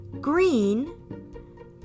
green